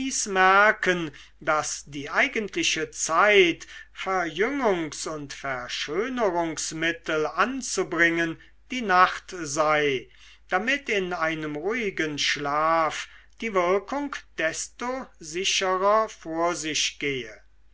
merken daß die eigentliche zeit verjüngungs und verschönerungsmittel anzubringen die nacht sei damit in einem ruhigen schlaf die wirkung desto sicherer vor sich gehe